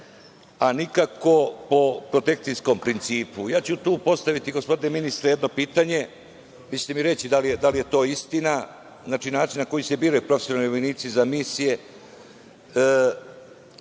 a nikako po protekcijskom principu. Ja ću tu postaviti, gospodine ministre, jedno pitanje, vi ćete mi reći da li je to istina, znači, način na koji se biraju profesionalni vojnici za misije